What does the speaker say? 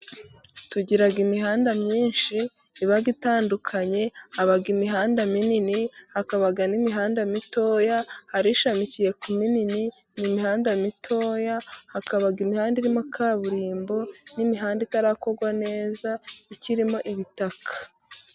Tugira imihanda myinshi iba itandukanye haba imihanda minini, hakaba n'imihanda mitoya, hari ishamikiye ku minini. Mu mihanda mitoya hakaba imihanda irimo kaburimbo n'imihanda itarakorwa neza ikirimo ibitaka.